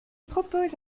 propose